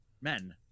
men